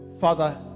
Father